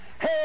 Hey